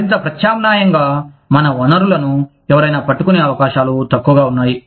మరింత ప్రత్యామ్నాయంగా మన వనరులను ఎవరైనా పట్టుకునే అవకాశాలు తక్కువగా ఉన్నాయి